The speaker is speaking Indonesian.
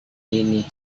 ini